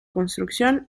construcción